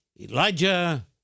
Elijah